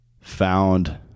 found